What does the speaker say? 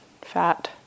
fat